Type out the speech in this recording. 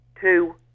two